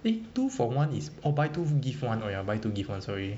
eh two for one is orh buy two give one orh buy two give one sorry